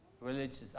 religious